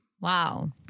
Wow